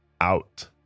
out